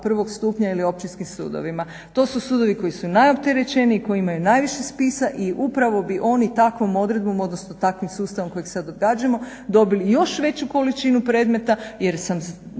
prvog stupnja ili općinskim sudovima. To su sudovi koji su najopterećeniji, koji imaju najviše spisa i upravo bi oni takvom odredbom odnosno takvim sustavom kojeg sad odgađamo dobili još veću količinu predmeta jer nema